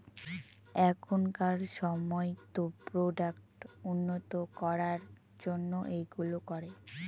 এখনকার সময়তো প্রোডাক্ট উন্নত করার জন্য এইগুলো করে